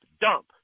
Dump